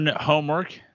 homework